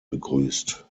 begrüßt